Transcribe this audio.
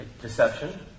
deception